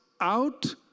out